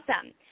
Awesome